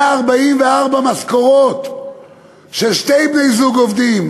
144 משכורות של שני בני-זוג עובדים,